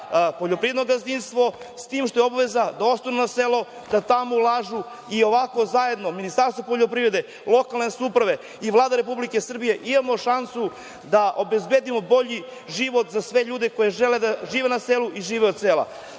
poljoprivredno gazdinstvo, s tim što je obaveza da ostanu na selu, da tamo ulažu i ovako zajedno Ministarstvo poljoprivrede, lokalne samouprave i Vlada Republike Srbije imamo šansu da obezbedimo bolji život za sve ljude koji žele da žive na selu i žive od